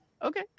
okay